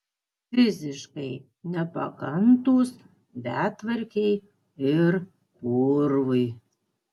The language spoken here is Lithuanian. fiziškai nepakantūs betvarkei ir purvui